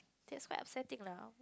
that's quite upsetting lah